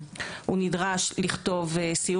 אנחנו, כאן 11 התחילו סדרה על